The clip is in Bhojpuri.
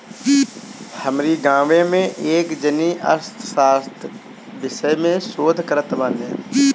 हमरी गांवे में एक जानी अर्थशास्त्र विषय में शोध करत बाने